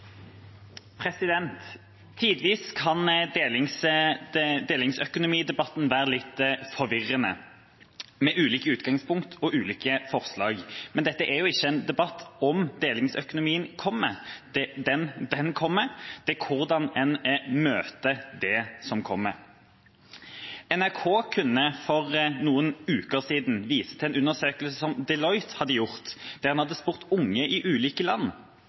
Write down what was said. Tidvis kan delingsøkonomidebatten være litt forvirrende, med ulike utgangspunkt og ulike forslag. Men dette er ikke en debatt om hvorvidt delingsøkonomien kommer. Den kommer – det gjelder hvordan en møter det som kommer. NRK kunne for noen uker siden vise til en undersøkelse som Deloitte hadde gjort, der en hadde spurt unge i ulike land